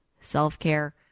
self-care